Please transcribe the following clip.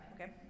okay